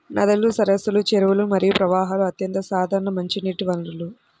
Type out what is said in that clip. నదులు, సరస్సులు, చెరువులు మరియు ప్రవాహాలు అత్యంత సాధారణ మంచినీటి వనరులు